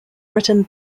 written